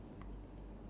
green